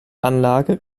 anlage